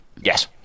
Yes